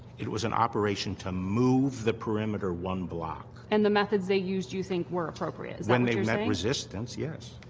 it was an operation to move the perimeter one block. interviewer and the methods they used, you think, were appropriate? when they met resistance, yes.